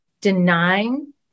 denying